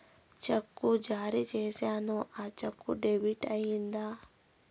చెక్కు జారీ సేసాను, ఆ చెక్కు డెబిట్ అయిందా